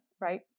right